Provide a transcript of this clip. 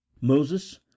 Moses